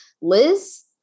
Liz